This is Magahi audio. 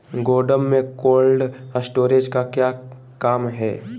गोडम में कोल्ड स्टोरेज का क्या काम है?